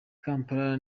kampala